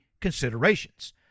considerations